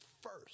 first